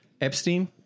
Epstein